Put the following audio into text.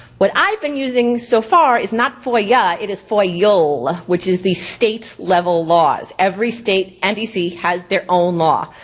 what i've been using so far is not foia, it is foil. which is the state level laws. every state and dc has their own law.